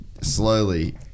slowly